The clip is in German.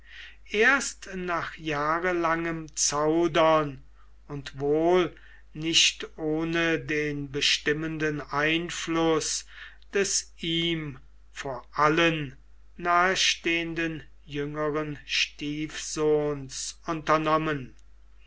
erst nach jahrelangem zaudern und wohl nicht ohne den bestimmenden einfluß des ihm vor allen nahestehenden jüngeren stiefsohns unternommen